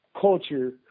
culture